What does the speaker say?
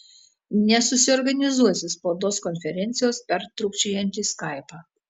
nesusiorganizuosi spaudos konferencijos per trūkčiojantį skaipą